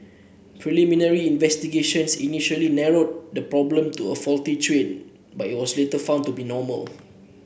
preliminary investigations initially narrowed the problem to a faulty train but it was later found to be normal